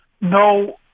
no